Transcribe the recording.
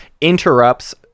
interrupts